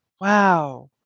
Wow